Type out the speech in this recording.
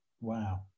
Wow